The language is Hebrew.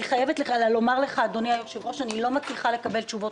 אני חייבת לומר לאדוני שאיני מצליחה לקבל תשובות